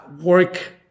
work